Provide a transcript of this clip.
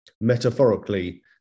metaphorically